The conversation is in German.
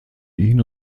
ihn